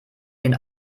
den